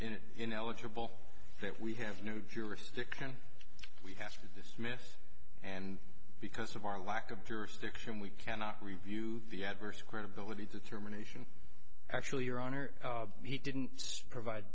ineligible that we have new jurisdiction we asked for this mess and because of our lack of jurisdiction we cannot review the adverse credibility determination actually your honor he didn't provide